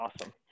awesome